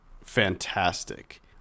fantastic